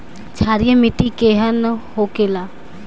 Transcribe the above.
क्षारीय मिट्टी केहन होखेला?